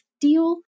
deal